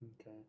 Okay